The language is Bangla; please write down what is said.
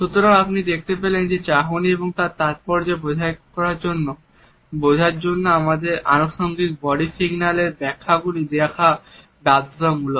সুতরাং আপনি দেখতে পেলেন যে চাহনি এবং তার তাৎপর্য বোঝার জন্য আমাদের আনুষঙ্গিক বডি সিগন্যালের ব্যাখ্যাগুলি দেখা বাধ্যতামূলক